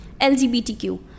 LGBTQ